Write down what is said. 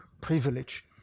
privilege